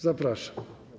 Zapraszam.